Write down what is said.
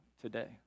today